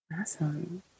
Awesome